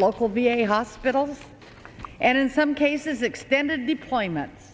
local v a hospitals and in some cases extended deployments